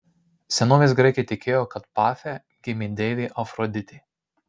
senovės graikai tikėjo kad pafe gimė deivė afroditė